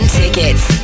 tickets